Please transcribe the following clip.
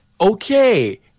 Okay